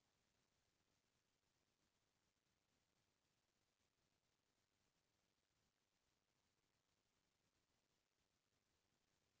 कानो कोनो मनसे ह न तो लोन के पइसा ल पटावय न अपन संपत्ति के जानकारी ल बने देवय